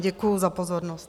Děkuju za pozornost.